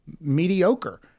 mediocre